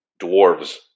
Dwarves